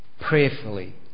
prayerfully